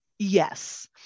Yes